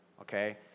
okay